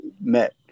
met